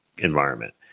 Environment